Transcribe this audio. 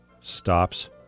stops